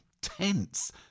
tense